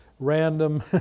random